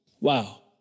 Wow